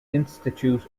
institute